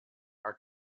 are